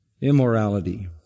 immorality